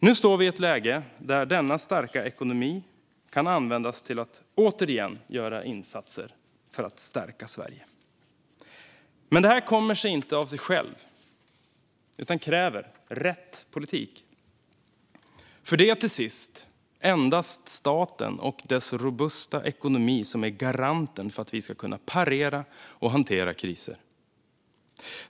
Nu står vi i ett läge där denna starka ekonomi kan användas till att återigen göra insatser för att stärka Sverige. Men det kommer inte av sig självt utan kräver rätt politik, för det är till sist endast staten och dess robusta ekonomi som är garanten för att vi ska kunna parera och hantera kriser.